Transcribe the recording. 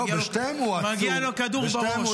מגיע לו כדור בראש.